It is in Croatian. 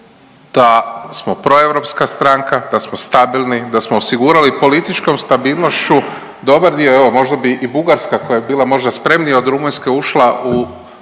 da smo proeuropska stranka, da smo stabilni, da smo osigurali političkom stabilnošću dobar dio, evo možda bi i Bugarska koja je bila možda spremnija od Rumunjske ušla u